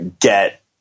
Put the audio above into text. get